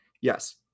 Yes